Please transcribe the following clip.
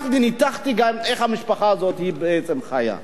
ניתחתי איך המשפחה הזאת בעצם חיה.